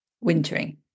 Wintering